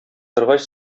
торгач